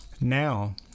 Now